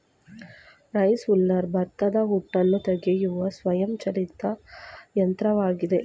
rice huller ಭತ್ತದ ಹೊಟ್ಟು ತೆಗೆಯುವ ಸ್ವಯಂ ಚಾಲಿತ ಯಂತ್ರವಾಗಿದೆ